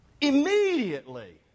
immediately